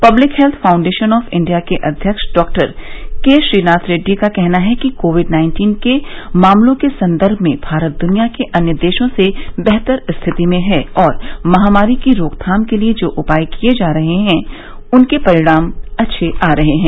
public health foundation of India के अध्यक्ष डॉ के श्रीनाथ रेड्डी का कहना है कि कोविड नाइन्टीन के मामलों के संदर्भ में भारत दुनिया के अन्य देशों से बेहतर स्थिति में है और महामारी की रोकथाम के लिए जो उपाय किए जा रहे हैं उनके अच्छे परिणाम आ रहे हैं